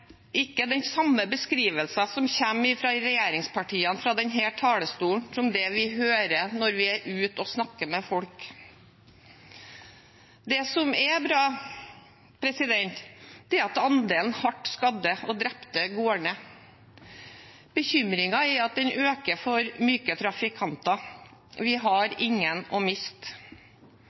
ikke den samme beskrivelsen som kommer fra regjeringspartiene fra denne talerstolen som det vi hører når vi er ute og snakker med folk. Det som er bra, er at andelen hardt skadde og drepte går ned. Bekymringen er at den øker for myke trafikanter. Vi har ingen å miste.